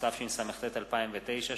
התשס”ט 2009,